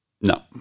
No